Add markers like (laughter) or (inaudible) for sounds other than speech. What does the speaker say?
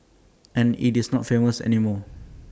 (noise) and IT is not famous anymore (noise)